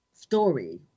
story